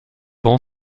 bon